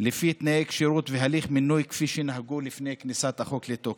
לפי תנאי כשירות והליך מינוי כפי שנהגו לפני כניסת החוק לתוקף.